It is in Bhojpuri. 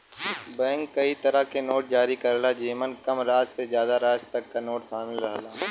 बैंक कई तरे क नोट जारी करला जेमन कम राशि से जादा राशि तक क नोट शामिल रहला